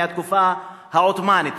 מהתקופה העות'מאנית.